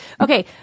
okay